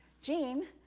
jean,